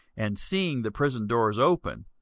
and seeing the prison doors open,